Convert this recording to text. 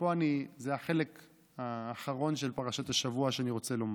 ופה זה החלק האחרון של פרשת השבוע שאני רוצה לומר.